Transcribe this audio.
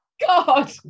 God